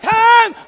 time